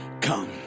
Come